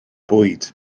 bwyd